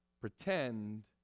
pretend